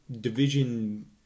Division